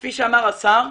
כפי שאמר השר,